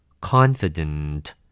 Confident